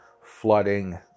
flooding